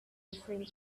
referring